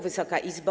Wysoka Izbo!